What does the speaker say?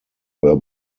were